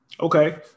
Okay